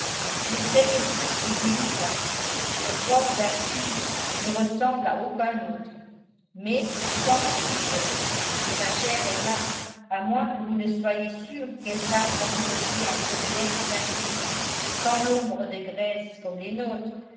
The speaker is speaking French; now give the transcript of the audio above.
il est très petit et délicat le porc d'hartfield ne ressemble à aucun autre mais pourtant c'est du porc et ma chère emma à moins que vous ne soyiez sûre qu'elles sachent l'accommoder en côtelettes bien grillées sans l'ombre de graisse comme les nôtres